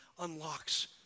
unlocks